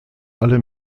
alle